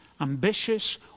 ambitious